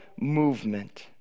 movement